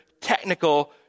technical